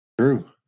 True